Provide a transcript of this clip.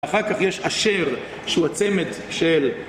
אחר כך יש אשר, שהוא הצמת של...